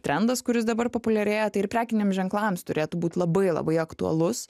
trendas kuris dabar populiarėja tai ir prekiniam ženklams turėtų būt labai labai aktualus